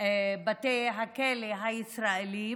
בתי הכלא הישראליים.